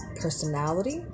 personality